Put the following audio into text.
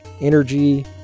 energy